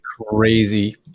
crazy